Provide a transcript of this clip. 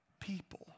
people